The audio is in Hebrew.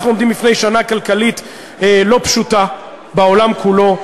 אנחנו עומדים בפני שנה כלכלית לא פשוטה בעולם כולו,